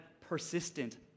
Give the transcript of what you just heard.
persistent